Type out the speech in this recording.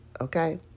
Okay